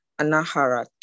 Anaharat